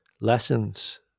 lessons